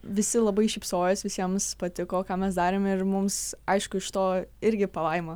visi labai šypsojos visiems patiko ką mes darėme ir mums aišku iš to irgi palaima